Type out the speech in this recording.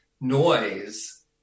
noise